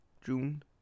June